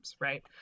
right